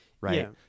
right